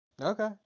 Okay